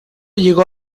llegó